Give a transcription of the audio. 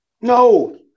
No